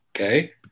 Okay